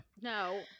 No